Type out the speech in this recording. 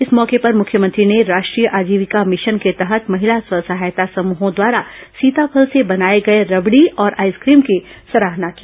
इस मौके पर मुख्यमंत्री ने राष्ट्रीय आजीविका मिशन के तहत महिला स्व सहायता समूहों द्वारा सीताफल से बनाए गए रबड़ी और आइसक्रीम की सराहना की